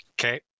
Okay